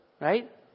right